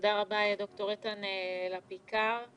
תודה רבה, ד"ר איתן לה פיקאר.